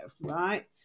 right